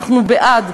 אנחנו בעד,